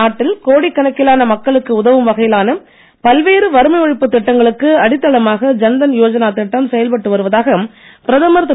நாட்டில் கோடிக் கணக்கிலான மக்களுக்கு உதவும் வகையிலான பல்வேறு வறுமை ஒழிப்பு திட்டங்களுக்கு அடித்தளமாக ஜன்தன் யோஜனா திட்டம் செயல்பட்டு வருவதாக பிரதமர் திரு